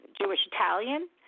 Jewish-Italian